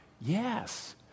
yes